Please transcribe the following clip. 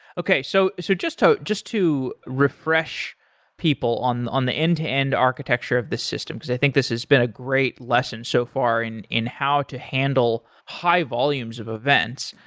okay. so so just so just to refresh people on on the end-to-end architecture of this system, because i think this has been a great lesson so far in in how to handle higher volumes of events.